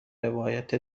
روایت